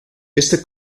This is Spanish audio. este